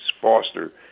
foster